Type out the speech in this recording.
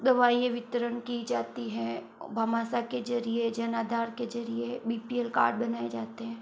दवाईयां वितरण की जाती हैं भामाशाह के जरिये जन आधार के जरिए बी पी एल कार्ड बनाए जाते हैं